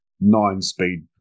nine-speed